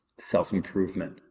self-improvement